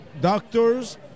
doctors